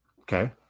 Okay